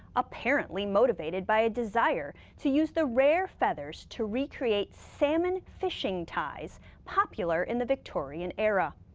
apparently motivated by a desire to use the rare feathers to recreate salmon fishing ties popular in the victorian era.